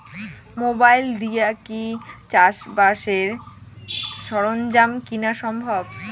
Mobile দিয়া কি চাষবাসের সরঞ্জাম কিনা সম্ভব?